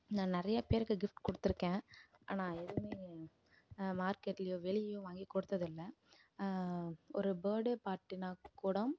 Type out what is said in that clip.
நான் நிறையா பேருக்கு கிஃப்ட் கொடுத்துருக்கேன் ஆனால் எதுவுமே மார்க்கெட்லேயோ வெளியேயோ வாங்கி கொடுத்தது இல்லை ஒரு பர் டே பார்ட்டினால் கூட